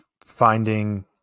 finding